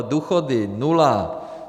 Důchody nula!